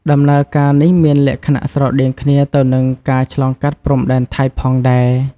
ដំណើរការនេះមានលក្ខណៈស្រដៀងគ្នាទៅនឹងការឆ្លងកាត់ព្រំដែនថៃផងដែរ។